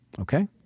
okay